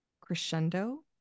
crescendo